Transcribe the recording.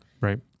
right